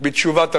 בתשובת המשיב,